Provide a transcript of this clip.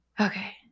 okay